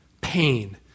pain